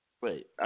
Wait